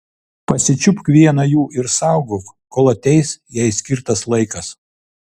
pasičiupk vieną jų ir saugok kol ateis jai skirtas laikas